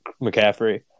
McCaffrey